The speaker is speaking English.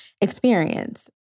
experience